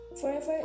forever